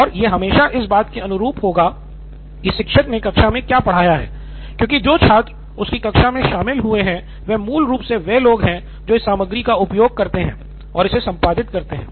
और यह हमेशा इस बात के अनुरूप होगा कि शिक्षक ने कक्षा में क्या पढ़ाया है क्योंकि जो छात्र उसकी कक्षा में शामिल हुए हैं वे मूल रूप से वे लोग हैं जो इस सामग्री का उपयोग करते हैं और इसे संपादित करते हैं